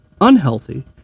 unhealthy